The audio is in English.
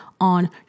on